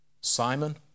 Simon